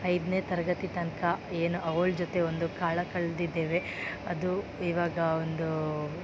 ಐದನೇ ತರಗತಿ ತನಕ ಏನು ಅವಳ ಜೊತೆ ಒಂದು ಕಾಲ ಕಳೆದಿದ್ದೇವೆ ಅದು ಇವಾಗ ಒಂದು